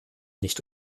nicht